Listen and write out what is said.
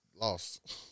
lost